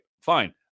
Fine